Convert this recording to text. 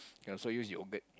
you can also use yogurt